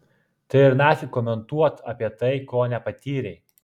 tai ir nafik komentuot apie tai ko nepatyrei